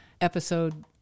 episode